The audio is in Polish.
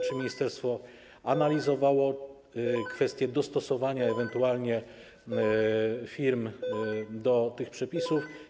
Czy ministerstwo analizowało kwestię dostosowania ewentualnie firm do tych przepisów?